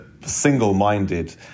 single-minded